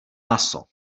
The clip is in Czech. maso